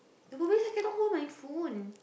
i cannot hold my phone